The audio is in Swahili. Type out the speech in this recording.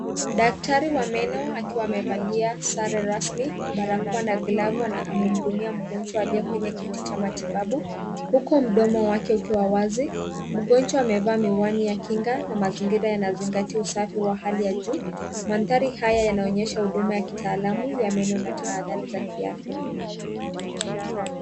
Daktari wa meno akiwa amevalia, sare rasmi barakoa na glavu na anahudumia mgonjwa aliye kwenye kiti cha matibabu, huku mdomo wake ukiwa wazi. Mgonjwa amevaa miwani ya kinga na mazingira yanazingatia usafi wa hali ya juu. Mandhari haya yanaonyesha huduma ya kitaalamu ya meno na tahadhari za kiafya.